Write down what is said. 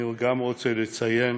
אני רוצה לציין